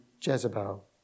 Jezebel